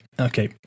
okay